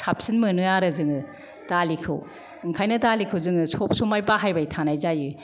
साबसिन मोनो आरो जोङो दालिखौ ओंखायनो दालिखौ जोङो सब समाय बाहायबाय थानाय जायो